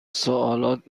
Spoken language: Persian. سوالات